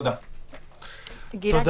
האם נעשו דברים בכיוונים האלה?